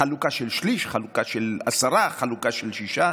חלוקה של שליש, חלוקה של עשרה, חלוקה של שישה?